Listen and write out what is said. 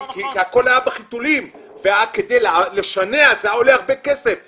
כי הכול היה בחיתולים וכדי לשנע היה עולה כסף רב,